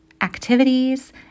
activities